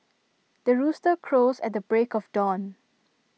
the rooster crows at the break of dawn